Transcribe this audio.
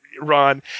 Ron